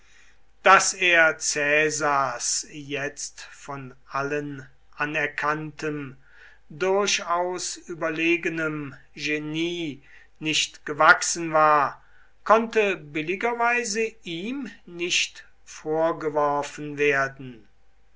daß er caesars jetzt von allen anerkanntem durchaus überlegenem genie nicht gewachsen war konnte billigerweise ihm nicht vorgeworfen werden